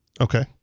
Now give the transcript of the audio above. Okay